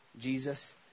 Jesus